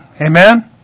Amen